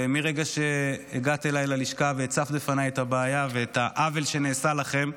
מרגע שהגעת אליי ללשכה והצפת בפניי את הבעיה ואת העוול שנעשה לכם,